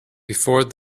before